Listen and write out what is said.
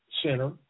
center